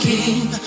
King